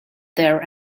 there